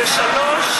ושלוש,